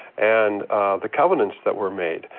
and the covenants that were made.